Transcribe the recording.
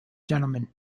gentlemen